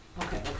okay